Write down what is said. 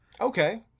okay